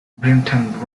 brighton